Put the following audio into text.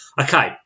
Okay